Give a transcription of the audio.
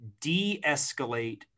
De-escalate